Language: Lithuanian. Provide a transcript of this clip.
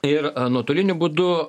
ir nuotoliniu būdu